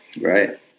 Right